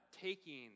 taking